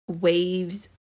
waves